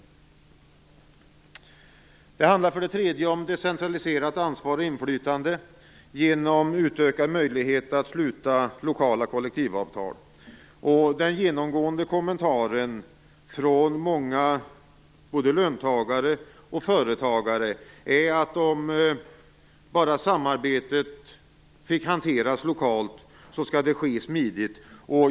För det tredje handlar det om decentraliserat ansvar och inflytande genom utökad möjlighet att sluta lokala kollektivavtal. Den genomgående kommentaren från många, både löntagare och företagare, är att om bara samarbetet får hanteras lokalt, så skall det ske smidigt.